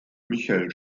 michael